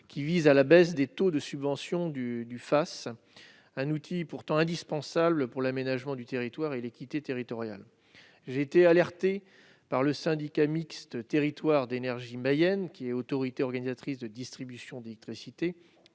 une baisse des taux de subvention de cet outil pourtant indispensable à l'aménagement du territoire et à l'équité territoriale. J'ai été alerté par le syndicat mixte Territoire d'énergie Mayenne. Cette autorité organisatrice de la distribution d'électricité